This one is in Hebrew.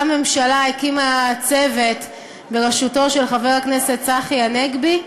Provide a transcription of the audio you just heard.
גם הממשלה הקימה צוות בראשותו של חבר הכנסת צחי הנגבי.